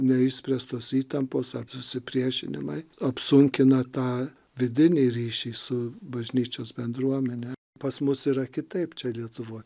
neišspręstos įtampos ar susipriešinimai apsunkina tą vidinį ryšį su bažnyčios bendruomene pas mus yra kitaip čia lietuvoj